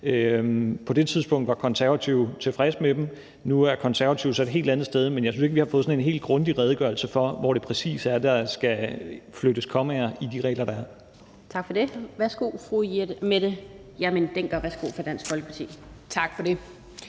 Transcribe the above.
På det tidspunkt var Konservative tilfredse med dem; nu er Konservative så et helt andet sted. Men jeg synes ikke, vi har fået sådan en helt grundig redegørelse for, hvor det præcis er, der skal flyttes kommaer, i de regler, der er. Kl. 11:37 Den fg. formand (Annette Lind): Tak for det.